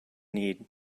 need